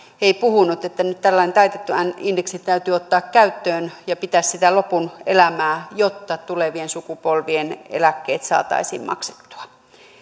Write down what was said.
ei puhunut että nyt tällainen taitettu indeksi täytyy ottaa käyttöön ja pitää sitä lopun elämää jotta tulevien sukupolvien eläkkeet saataisiin maksettua